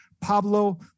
Pablo